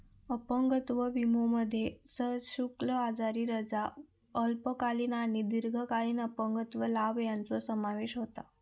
अपंगत्व विमोमध्ये सशुल्क आजारी रजा, अल्पकालीन आणि दीर्घकालीन अपंगत्व लाभ यांचो समावेश होता